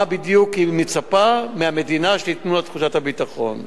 מה בדיוק היא מצפה שהמדינה תיתן לה לתחושת הביטחון.